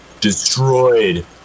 destroyed